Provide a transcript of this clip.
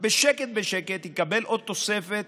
בשקט בשקט, יקבל עוד תוספת